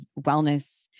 wellness